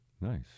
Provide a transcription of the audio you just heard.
Nice